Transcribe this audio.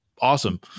awesome